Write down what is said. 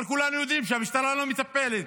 אבל כולנו יודעים שהמשטרה לא מטפלת.